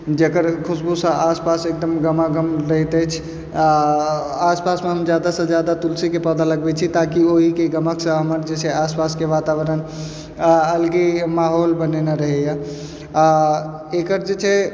जकर खुशबूसँ आस पास एकदम गमागम रहैत अछि आओर आस पासमे हम जादा सँ जादा तुलसीके पौधा लगबै छी ताकि ओहिके गमकसँ हमर जे छै आस पासके वातावरण अलगे माहौल बनेने रहैयै आओर एकर जे छै